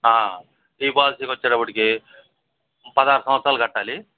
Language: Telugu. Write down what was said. ఈ పాలసీకి వచ్చేటప్పటికి పదహారు సంవత్సరాలు కట్టాలి